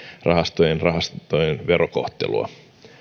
rahastojen rahastojen verokohtelua